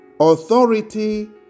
Authority